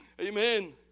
Amen